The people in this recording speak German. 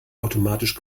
automatisch